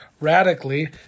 radically